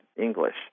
English